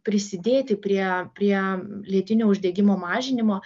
prisidėti prie prie lėtinio uždegimo mažinimo